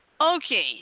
Okay